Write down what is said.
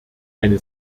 eine